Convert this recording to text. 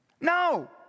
No